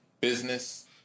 business